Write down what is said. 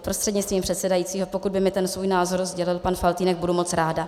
Prostřednictvím předsedajícího pokud by mi svůj názor sdělil pan Faltýnek, budu moc ráda.